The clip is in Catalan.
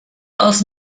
els